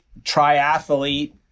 triathlete